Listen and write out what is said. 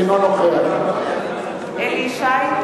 אינו נוכח אליהו ישי,